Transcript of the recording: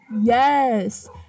yes